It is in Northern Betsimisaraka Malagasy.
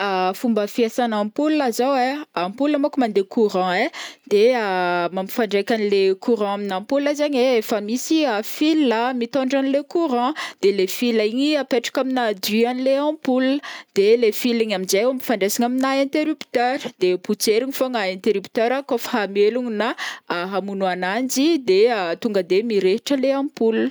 Fomba fiasana ampoule zao ai, ampoule monko mandeha courant ai, de mampifandraika anlecourant amina ampoule zegny ai efa misy fil mitondra anlecourant, de le fil igny apetraka amina douille anleampoule, de le fil igny amnjai ampifandraisingy amina interrupteur, de potserigny fogna interrupteur kô fa hamelogno na hamogno agnanjy de tonga de mirehitra le ampoule,